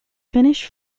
finnish